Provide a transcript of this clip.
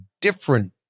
different